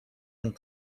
and